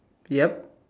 yup